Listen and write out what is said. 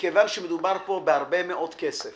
מכיוון שמדובר פה בהרבה מאוד כסף